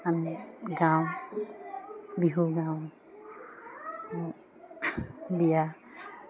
আমি গাওঁ বিহু গাওঁ বিয়া